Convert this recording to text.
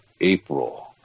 April